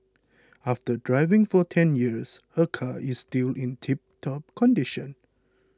after driving for ten years her car is still in tiptop condition